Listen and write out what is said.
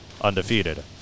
undefeated